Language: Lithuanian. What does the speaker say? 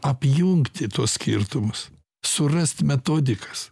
apjungti tuos skirtumus surast metodikas